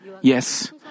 Yes